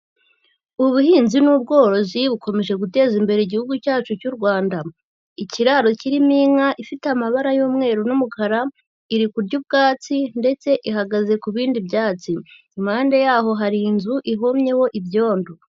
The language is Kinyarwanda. Ubuhinzi n'ubworozi bukomeje guteza imbere igihugu cyacu cy'u Rwanda. Ikiraro kirimo inka ifite amabara y'umweru n'umukara, iri kurya ubwatsi ndetse ihagaze ku bindi byatsi. Impande yaho hari inzu ihomyeho ibyondo.